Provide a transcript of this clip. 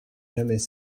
jamais